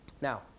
Now